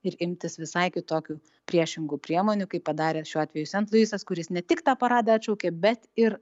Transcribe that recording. ir imtis visai kitokių priešingų priemonių kaip padarė šiuo atveju sent luisas kuris ne tik tą paradą atšaukė bet ir